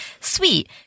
sweet